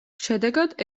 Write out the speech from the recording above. შედეგად